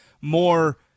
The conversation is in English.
more